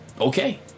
okay